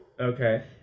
okay